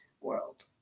world